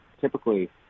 Typically